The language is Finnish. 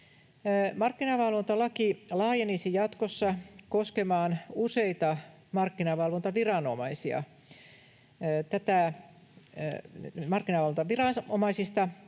Markkinavalvontalaki laajenisi jatkossa koskemaan useita markkinavalvontaviranomaisia.